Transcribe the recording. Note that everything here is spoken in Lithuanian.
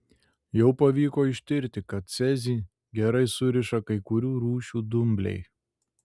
jau pavyko ištirti kad cezį gerai suriša kai kurių rūšių dumbliai